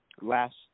last